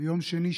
ביום שני,